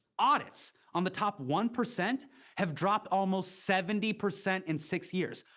audits on the top one percent have dropped almost seventy percent in six years.